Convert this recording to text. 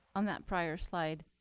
on that prior slide,